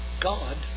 God